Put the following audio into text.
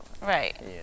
Right